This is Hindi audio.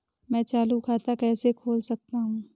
मैं चालू खाता कैसे खोल सकता हूँ?